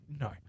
No